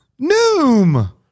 Noom